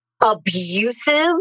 abusive